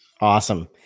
Awesome